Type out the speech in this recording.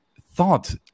thought